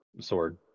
Sword